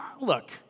look